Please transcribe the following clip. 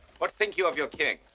what think you of your king?